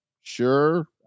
Sure